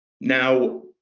Now